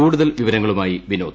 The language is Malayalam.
കൂടുതൽ വിവരങ്ങളുമായി വിനോദ്